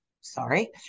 Sorry